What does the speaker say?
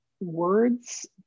words